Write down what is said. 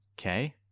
Okay